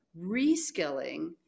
reskilling